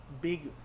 big